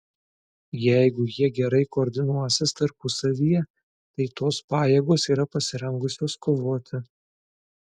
jeigu jie gerai koordinuosis tarpusavyje tai tos pajėgos yra pasirengusios kovoti